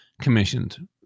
commissioned